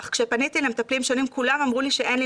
אך כשפניתי למטפלים שונים כולם אמרו לי שאין לי